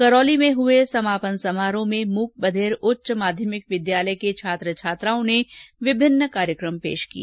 करौली में हुए समापन समारोह में मूक बधिर उच्च माध्यमिक विद्यालय के छात्र छात्राओं ने विभिन्न कार्यकम पेश किए